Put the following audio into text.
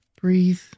Breathe